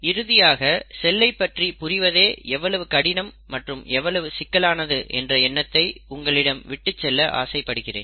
இறுதியாக செல்லை பற்றி புரிவதே எவ்வளவு கடினம் மற்றும் எவ்வளவு சிக்கலானது என்ற எண்ணத்தை உங்களிடம் விட்டு செல்ல ஆசை படுகிறேன்